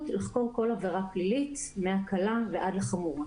לחקור כל עבירה פלילית מהקלה ועד לחמורה.